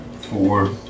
Four